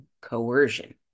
coercion